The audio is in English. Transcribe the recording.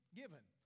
given